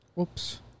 Oops